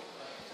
עצמי.